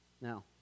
Now